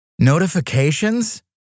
Notifications